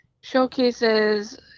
showcases